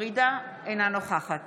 אינה נוכחת